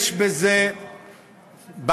יש בזה בעייתיות,